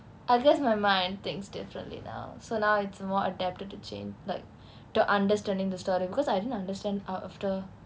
I guess my mind thinks differently now so now it's more adapted to trained like to understanding the story because I didn't understand out after